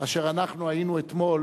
אשר היינו אתמול